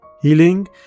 Healing